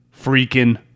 freaking